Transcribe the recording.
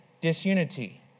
disunity